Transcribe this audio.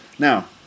Now